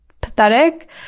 pathetic